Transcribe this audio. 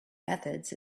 methods